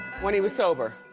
when he was sober,